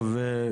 טוב,